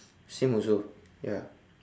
same also ya